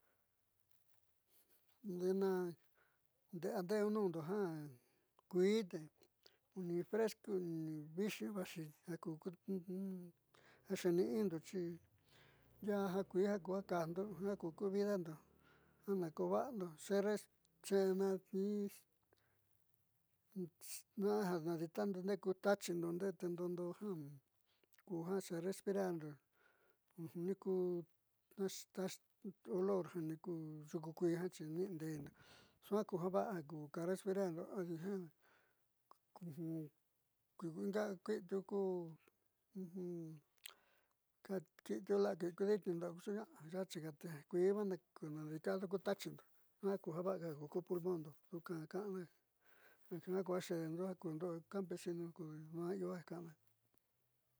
Ditna nde'eadenundo ja kuii uni fresco vixi ya'axi ja ku xeeni'inindo xi ndiaá ju kuii ju ku ja kajndo jiao ku ku vidando ja na ko va'ando xe respirando tna'a ju nadiitando ku taachindo ndeete ndoo ndoó ja ku respirarndo ni ku tachiolor jani yuku kuii jiaa xi aninde'endo suaa ku java'a ja ku respirando adi ja kuee in diuku xiindo ku ditniindo yaaxi ka ja kuii va ku tachindo jiaa ku ju vaaka ja ku pulmondo duka kaana jia kuja xede ja kundo campesino kodi duaa iiyo ja ka'una.